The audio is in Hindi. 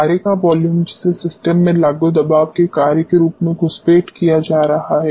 पारा का वॉल्यूम जिसे सिस्टम में लागू दबाव के कार्य के रूप में घुसपैठ किया जा रहा है